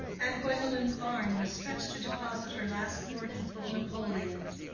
and gwendolen's arm was stretched to deposit her last poor heap of napoleons.